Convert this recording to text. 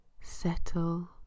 settle